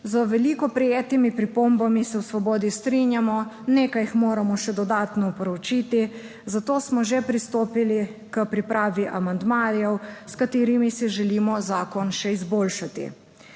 Z veliko prejetimi pripombami se v Svobodi strinjamo, nekaj jih moramo še dodatno proučiti, zato smo že pristopili k pripravi amandmajev, s katerimi si želimo zakon še izboljšati.